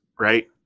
Right